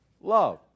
love